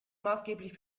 maßgeblich